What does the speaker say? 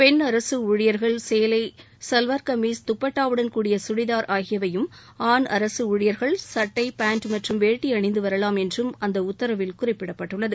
பெண் அரக ஊழியர்கள் சேலை சல்வார் கம்மீஸ் தப்பட்டாவுடன் கூடிய கடிதார் ஆகியவையும் ஆண் அரசு ஊழியர்கள் சட்டை பேண்ட் மற்றம் வேட்டி அணிந்து வரலாம் என்றும் அந்த உத்தரவில் குறிப்பிடப்பட்டுள்ளது